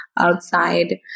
Outside